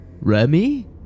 Remy